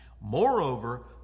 Moreover